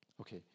okay